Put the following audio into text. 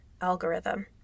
algorithm